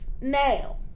Now